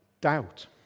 doubt